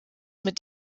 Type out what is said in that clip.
mit